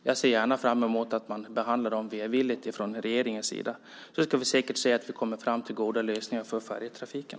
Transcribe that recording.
Jag ser gärna fram emot att man behandlar dem välvilligt från regeringens sida. Då ska vi säkert se att vi kommer fram till goda lösningar för färjetrafiken.